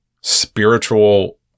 spiritual